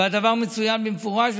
והדבר מצוין במפורש,